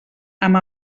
amb